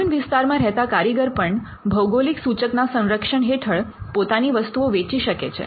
ગ્રામીણ વિસ્તારમાં રહેતા કારીગર પણ ભૌગોલિક સૂચક ના સંરક્ષણ હેઠળ પોતાની વસ્તુઓ વેચી શકે છે